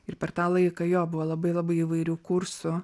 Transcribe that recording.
ir per tą laiką jo buvo labai labai įvairių kursų